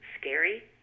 scary